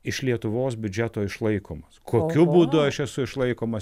iš lietuvos biudžeto išlaikomas kokiu būdu aš esu išlaikomas